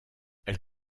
elle